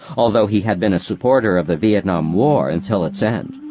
although he had been a supporter of the vietnam war until its end,